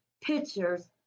pictures